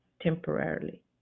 temporarily